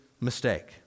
mistake